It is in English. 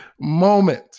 moment